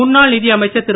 முன்னாள் நிதி அமைச்சர் திரு